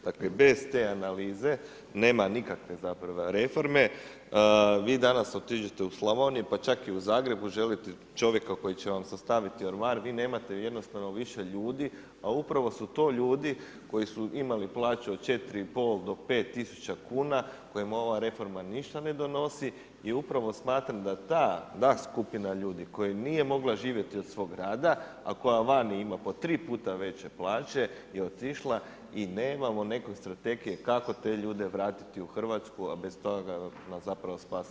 Dakle bez te analize nema nikakve zapravo reforme, vi danas otiđite u Slavoniju pa čak i u Zagreb želite čovjeka koji će vam sastaviti ormar, vi nemate jednostavno više ljudi, a upravo su to ljudi koji su imali plaću od 4 i pol do 5000 kuna kojima ova reforma ništa ne donosi i upravo smatram da ta skupina ljudi koja nije mogla živjeti od svog rada, a koja vani ima po tri puta veće plaće je otišla i nemamo neke strategije kako te ljude vratiti u Hrvatsku, a bez toga nam zapravo spasa ni nema.